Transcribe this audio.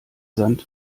sand